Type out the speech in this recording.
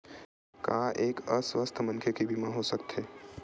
का एक अस्वस्थ मनखे के बीमा हो सकथे?